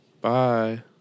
Bye